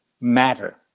matter